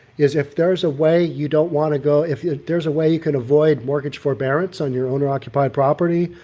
is if there's a way you don't want to go, if yeah there's a way you can avoid mortgage forbearance on your owner occupied property,